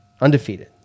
Undefeated